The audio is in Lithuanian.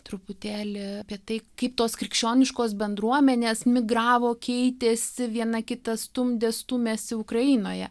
truputėlį apie tai kaip tos krikščioniškos bendruomenės migravo keitėsi viena kitą stumdė stūmėsi ukrainoje